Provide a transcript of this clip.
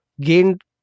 gained